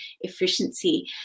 efficiency